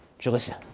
zhalisa.